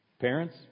Parents